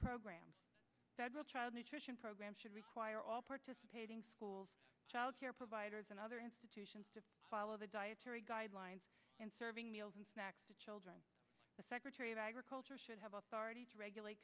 programs several child nutrition programs should require all participating schools childcare providers and other institutions to follow the dietary guidelines in serving meals and snacks to children the secretary of agriculture should have authority to regulate